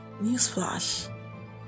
newsflash